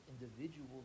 individual